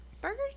Burgers